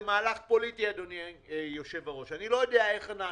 אדוני היושב ראש, זה מהלך פוליטי.